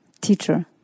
teacher